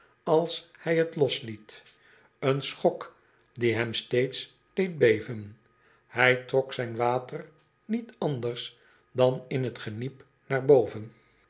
als hij het losliet reen schok die hem steeds deed beven hy trok zijn water niet anders dan in t geniep naar boven